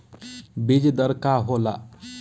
बीज दर का होला?